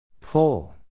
Pull